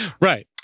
Right